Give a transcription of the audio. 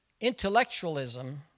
intellectualism